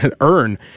earn